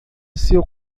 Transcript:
seu